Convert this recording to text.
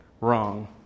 wrong